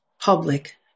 public